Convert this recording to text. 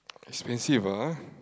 expensive ah